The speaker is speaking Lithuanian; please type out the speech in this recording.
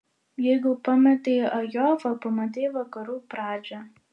jeigu pamatei ajovą pamatei vakarų pradžią